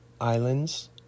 Islands